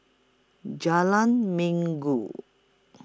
Jalan Minggu